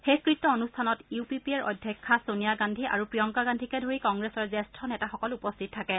শেষকৃত্য অনুষ্ঠানত U P এৰ অধ্যক্ষা ছোনীয়া গান্ধী আৰু প্ৰিয়ঙ্কা গান্ধীকে ধৰি কংগ্ৰেছৰ জ্যেষ্ঠ নেতাসকল উপস্থিত থাকে